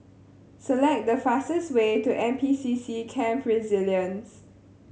select the fastest way to N P C C Camp Resilience